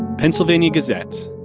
pennsylvania gazette,